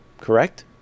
correct